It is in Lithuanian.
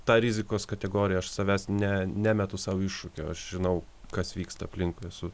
tą rizikos kategoriją aš savęs ne nemetu sau iššūkio aš žinau kas vyksta aplinkui esu